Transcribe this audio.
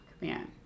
man